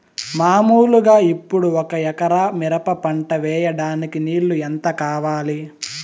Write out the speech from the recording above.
మామూలుగా ఇప్పుడు ఒక ఎకరా మిరప పంట వేయడానికి నీళ్లు ఎంత కావాలి?